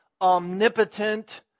omnipotent